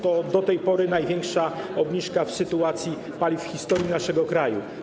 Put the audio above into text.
To do tej pory największa obniżka w przypadku paliw w historii naszego kraju.